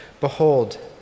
Behold